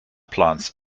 plants